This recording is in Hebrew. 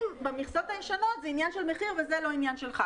במכסות הישנות זה עניין של מחיר וזה לא עניין שלך.